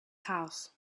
house